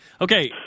Okay